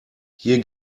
hier